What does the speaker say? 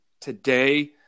today